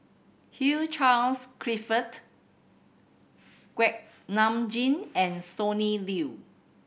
Hugh Charles Clifford Kuak Nam Jin and Sonny Liew